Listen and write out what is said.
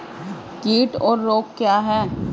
कीट और रोग क्या हैं?